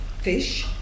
fish